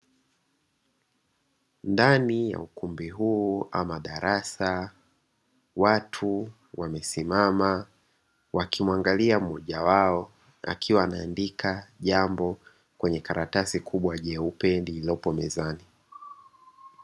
Ndani ya ukumbi huu ama darasa, watu wamesimama wakimwangalia mmoja wao akiwa anaandika jambo kwenye karatasi kubwa jeupe lililopo mezani.